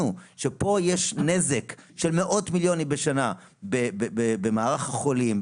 תבינו יש פה נזק של מאות מיליונים בשנה במערך החולים,